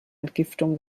entgiftung